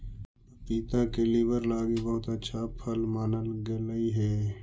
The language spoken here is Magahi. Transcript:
पपीता के लीवर लागी बहुत अच्छा फल मानल गेलई हे